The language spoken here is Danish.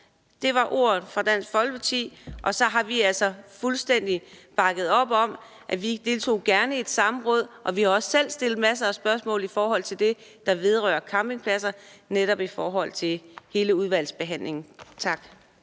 Det var ordene fra Dansk Folkeparti. Og vi har altså fuldstændig bakket op om at få et samråd – det deltog vi gerne i – og vi har også selv stillet masser af spørgsmål i forhold til det, der vedrører campingpladser, i hele udvalgsbehandlingen. Tak.